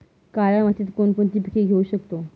काळ्या मातीत कोणकोणती पिके घेऊ शकतो?